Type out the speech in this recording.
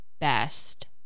best